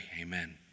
amen